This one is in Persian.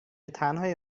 تنهایی